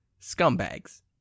scumbags